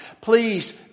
Please